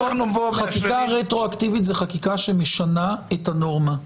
חקיקה רטרואקטיבית זו חקיקה שמשנה את הנורמה.